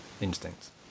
instincts